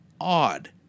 odd